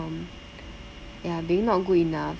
ya being not good enough